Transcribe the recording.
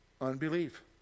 Unbelief